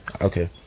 okay